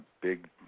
big